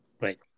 Right